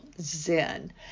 zen